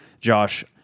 Josh